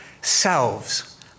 selves